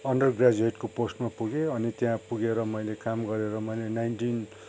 under ग्रेजुएटको पोस्टमा पुगे अनि त्यहाँ पुगेर मैले काम गरेर मैले नाइन्टिन